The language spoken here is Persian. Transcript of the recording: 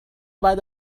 بعد